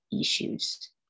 issues